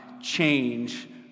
change